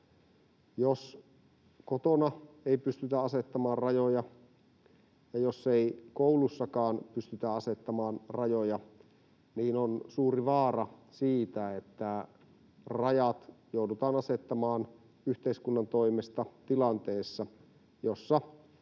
Jos kotona ei pystytä asettamaan rajoja ja jos ei koulussakaan pystytä asettamaan rajoja, on suuri vaara siitä, että rajat joudutaan asettamaan yhteiskunnan toimesta tilanteessa, jossa